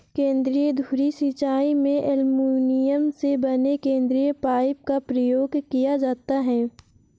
केंद्र धुरी सिंचाई में एल्युमीनियम से बने केंद्रीय पाइप का प्रयोग किया जाता है